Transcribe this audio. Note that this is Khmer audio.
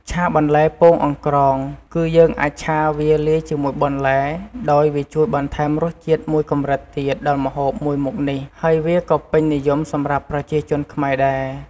ឆាបន្លែពងអង្រ្កង គឺយើងអាចឆាវាលាយជាមួយបន្លែ ដោយវាជួយបន្ថែមរសជាតិមួយកម្រិតទៀតដល់ម្ហូបមួយមុខនេះ ហើយវាក៏ពេញនិយមសម្រាប់ប្រជាជនខ្មែរដែរ។